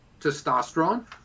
testosterone